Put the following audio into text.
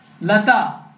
Lata